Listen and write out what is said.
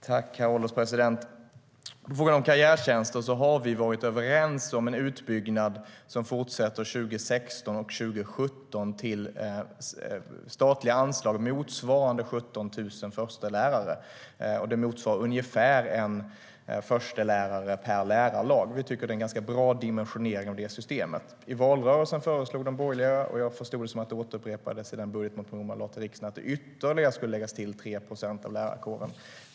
Herr ålderspresident! På frågan om karriärtjänster har vi varit överens om en utbyggnad under 2016 och 2017 med statliga anslag motsvarande 17 000 förstelärare. Det motsvarar ungefär en förstelärare per lärarlag. Vi tycker att det är en ganska bra dimensionering av detta system.I valrörelsen föreslog de borgerliga att det skulle läggas till ytterligare 3 procent av lärarkåren, och jag förstod det som att det upprepades i den budgetmotionen man väckte i riksdagen.